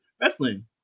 wrestling